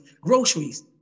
groceries